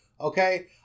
Okay